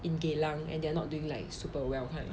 in geylang and they're not doing like super well